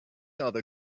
other